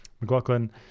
McLaughlin